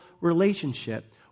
relationship